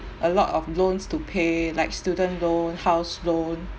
a lot of loans to pay like student loan house loan